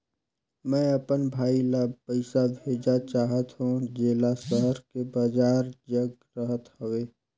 मैं अपन भाई ल पइसा भेजा चाहत हों, जेला शहर से बाहर जग रहत हवे